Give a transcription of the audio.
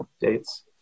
dates